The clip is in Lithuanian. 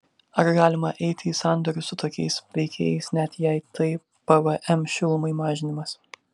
ar galima eiti į sandorius su tokiais veikėjais net jei tai pvm šilumai mažinimas